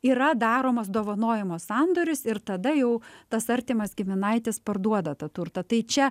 yra daromas dovanojimo sandoris ir tada jau tas artimas giminaitis parduoda tą turtą tai čia